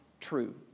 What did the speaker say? true